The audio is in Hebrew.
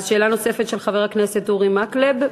שאלה נוספת של חבר הכנסת אורי מקלב,